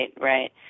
Right